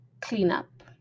cleanup